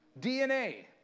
DNA